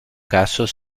casos